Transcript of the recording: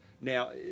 Now